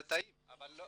זה טעים אבל לא